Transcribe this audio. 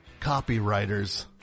copywriters